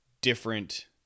different